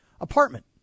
apartment